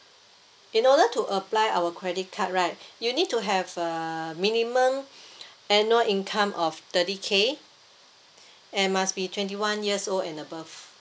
in order to apply our credit card right you need to have a minimum annual income of thirty K and must be twenty one years old and above